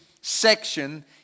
section